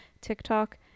TikTok